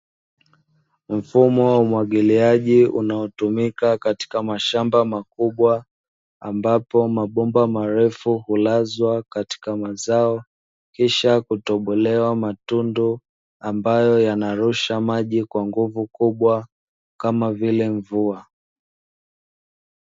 Mfumo wa umwagiliaji unaotumika katika mashamba makubwa, ambapo mabomba marefu hulazwa katika mazao kisha kutobolewa matundu, ambayo yanarusha maji kwa nguvu kubwa, kama vile, mvua.